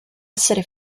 essere